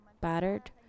battered